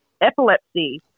epilepsy